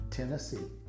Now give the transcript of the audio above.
Tennessee